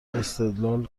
استدلال